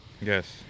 Yes